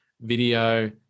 video